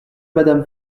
madame